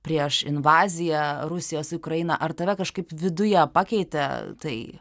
prieš invaziją rusijos į ukrainą ar tave kažkaip viduje pakeitė tai